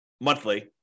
monthly